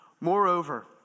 Moreover